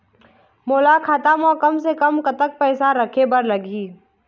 मोला खाता म कम से कम कतेक पैसा रखे बर लगही?